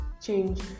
change